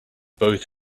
both